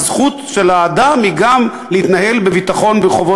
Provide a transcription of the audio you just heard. הזכות של האדם היא גם להתנהל בביטחון ברחובות